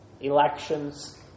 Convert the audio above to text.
elections